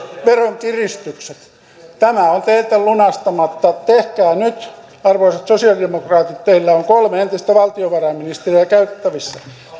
veronkiristykset tämä on teiltä lunastamatta tehkää nyt arvoisat sosialidemokraatit teillä on kolme entistä valtiovarainministeriä käytettävissä